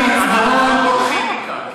אנחנו עוברים להצבעה